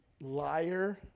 liar